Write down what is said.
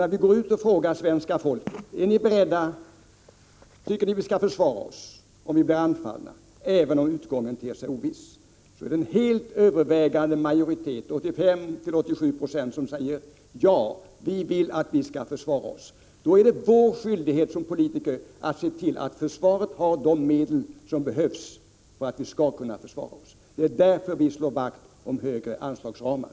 När vi frågar svenska folket: Tycker ni att vi skall försvara oss om vi blir anfallna, även om utgången ter sig oviss?, är det en helt övervägande majoritet, 85-87 Jo, som säger ja. Då är det vår skyldighet som politiker att se till att försvaret har de medel som behövs för att vi skall kunna försvara oss. 75 Det är därför vi slår vakt om större anslagsramar.